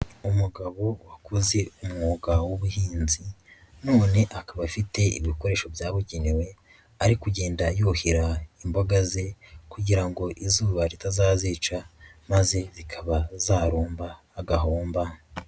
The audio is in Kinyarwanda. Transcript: Umugabo wakoze umwuga w'ubuhinzi none akaba afite ibikoresho byabugenewe, ari kugenda yuhira imboga ze kugira ngo izuba ritazazica maze zikaba zarumba agahomba.